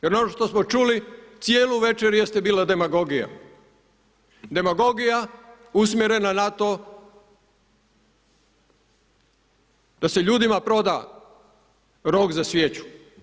Jer ono što smo čuli cijelu večer jeste bila demagogija, demagogija usmjerena na to da se ljudima proda rok za svijeću.